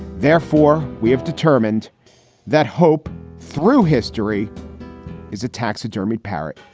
therefore, we have determined that hope through history is a taxidermy parrot